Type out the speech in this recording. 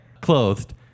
clothed